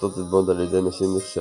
לפתות את בונד על ידי נשים נכשלים,